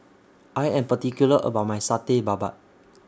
I Am particular about My Satay Babat